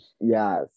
Yes